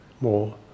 more